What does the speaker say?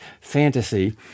fantasy